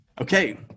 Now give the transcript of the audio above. Okay